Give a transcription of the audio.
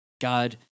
God